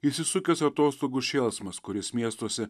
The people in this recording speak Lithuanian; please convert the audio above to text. įsisukęs atostogų šėlsmas kuris miestuose